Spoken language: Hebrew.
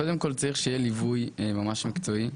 קודם כל צריך שיהיה ליווי ממש מקצועי.